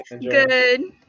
Good